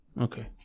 Okay